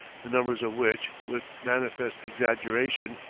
the numbers of which, with manifest exaggeration,